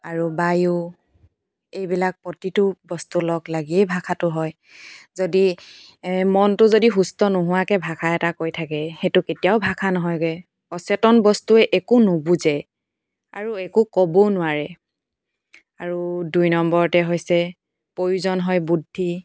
আৰু বায়ু এইবিলাক প্ৰতিটো বস্তু লগ লাগিয়ে ভাষাটো হয় যদি মনটো যদি সুস্থ নোহোৱাকৈ ভাষা এটা কৈ থাকে সেইটো কেতিয়াও ভাষা নহয়গৈ অচেতন বস্তুৱে একো নুবুজে আৰু একো ক'বও নোৱাৰে আৰু দুই নম্বৰতে হৈছে প্ৰয়োজন হয় বুদ্ধি